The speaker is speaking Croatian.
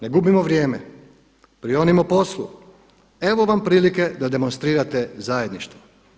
Ne gubimo vrijeme, prionimo poslu, evo vam prilike da demonstrirate zajedništvo.